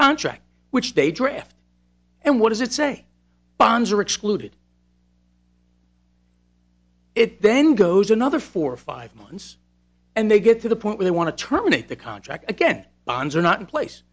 contract which they draft and what does it say bonds are excluded it then goes another four or five months and they get to the point where they want to terminate the contract again bonds are not in place